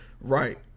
Right